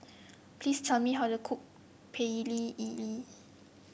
please tell me how to cook Pecel Lele